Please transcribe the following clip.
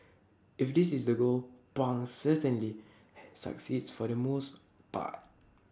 if this is the goal pang certainly succeeds for the most part